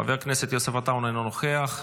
חבר הכנסת יוסף עטאונה, אינו נוכח.